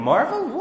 Marvel